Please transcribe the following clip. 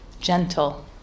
gentle